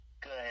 good